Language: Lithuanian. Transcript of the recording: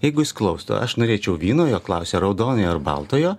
jeigu jis klaustų aš norėčiau vyno jo klausia raudonojo ar baltojo